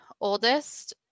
oldest